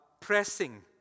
pressing